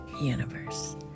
universe